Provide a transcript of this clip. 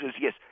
yes